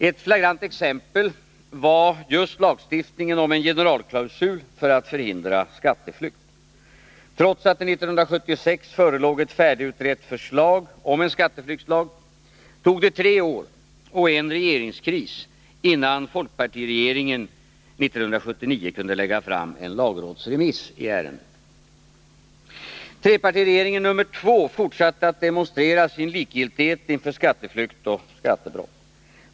Ett flagrant exempel var just lagstiftningen om en generalklausul för att hindra skatteflykt. Trots att det 1976 förelåg ett färdigutrett förslag om en skatteflyktslag tog det tre år och en regeringskris, innan folkpartiregeringen 1979 kunde lägga fram en lagrådsremiss i ärendet. Trepartiregeringen nr 2 fortsatte att demonstrera sin likgiltighet inför skatteflykt och skattebrott.